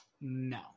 no